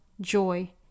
joy